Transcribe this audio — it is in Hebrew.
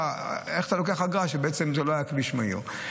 איך אתה לוקח אגרה כשזה בעצם לא היה כביש מהיר.